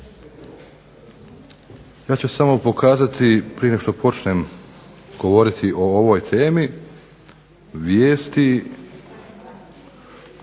Ja ću samo pokazati, prije no što počnem govoriti o ovoj temi, vijesti